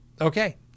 Okay